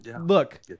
look